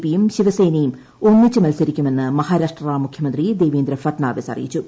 പിയും ശിവസേനയും ഒന്നിച്ച് മത്സരിക്കുമെന്ന് മഹാരാഷ്ട്ര മുഖ്യമന്ത്രി ദേവേന്ദ്ര ഫട്നാവിസ് അറിയിച്ചു